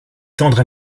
tendre